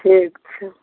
ठीक छै